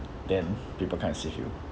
then people come and save you